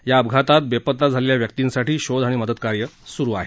या अपघातात बेपत्ता झालेल्या व्यक्तींसाठी शोध आणि मदतकार्य सुरु आहे